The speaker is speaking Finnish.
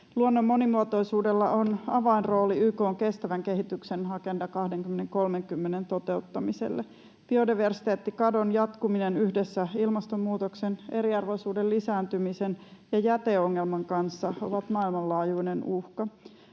Luonnon monimuotoisuudella on avainrooli YK:n kestävän kehityksen Agenda 2030:n toteuttamiselle. Biodiversiteettikadon jatkuminen yhdessä ilmastonmuutoksen, eriarvoisuuden lisääntymisen ja jäteongelman kanssa on maailmanlaajuinen uhka.